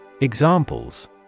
Examples